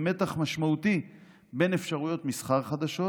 עם מתח משמעותי בין אפשרויות מסחר חדשות